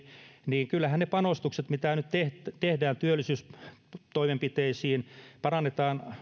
niin kyllähän ne panostukset mitä nyt tehdään työllisyystoimenpiteisiin parannetaan